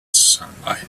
sunlight